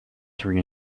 three